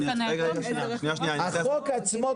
אז זאת הפרוצדורה שאתם רוצים?